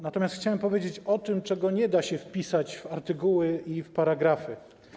Natomiast chciałem powiedzieć o tym, czego nie da się wpisać w artykuły i paragrafy.